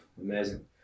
Amazing